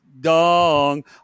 dong